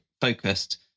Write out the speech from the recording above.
focused